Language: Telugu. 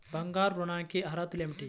బంగారు ఋణం కి అర్హతలు ఏమిటీ?